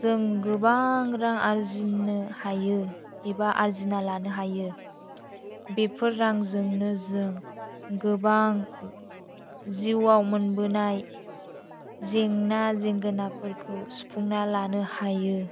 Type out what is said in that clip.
जों गोबां रां आरजिनो हायो एबा आरजिना लानो हायो बेफोर रांजोंनो जों गोबां जिउआव मोनबोनाय जेंना जेंगोनाफोरखौ सुफुंना लानो हायो